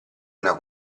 una